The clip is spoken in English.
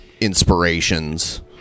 inspirations